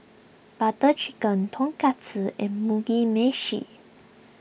Butter Chicken Tonkatsu and Mugi Meshi